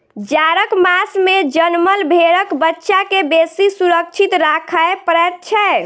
जाड़क मास मे जनमल भेंड़क बच्चा के बेसी सुरक्षित राखय पड़ैत छै